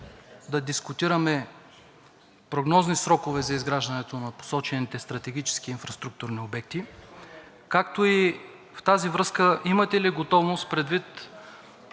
да дискутираме прогнозни срокове за изграждането на посочените стратегически инфраструктурни обекти? Както и в тази връзка: имате ли готовност, предвид